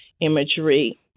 imagery